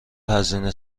هزینه